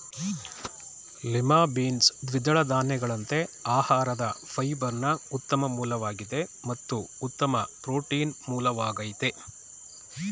lima beans ದ್ವಿದಳ ಧಾನ್ಯಗಳಂತೆ ಆಹಾರದ ಫೈಬರ್ನ ಉತ್ತಮ ಮೂಲವಾಗಿದೆ ಮತ್ತು ಉತ್ತಮ ಪ್ರೋಟೀನ್ ಮೂಲವಾಗಯ್ತೆ